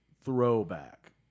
throwback